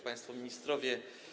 Państwo Ministrowie!